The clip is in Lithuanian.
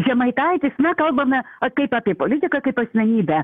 žemaitaitis na kalbame kaip apie politiką kaip asmenybę